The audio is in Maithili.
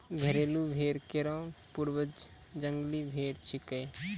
घरेलू भेड़ केरो पूर्वज जंगली भेड़ छिकै